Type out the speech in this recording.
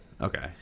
okay